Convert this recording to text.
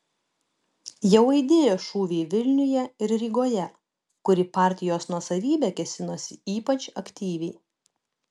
jau aidėjo šūviai vilniuje ir rygoje kur į partijos nuosavybę kėsinosi ypač aktyviai